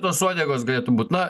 tos uodegos galėtų būt na